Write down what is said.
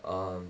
um